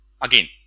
Again